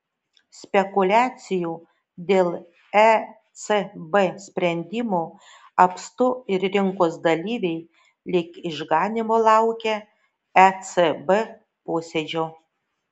spekuliacijų dėl ecb sprendimo apstu ir rinkos dalyviai lyg išganymo laukia ecb posėdžio